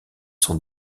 sont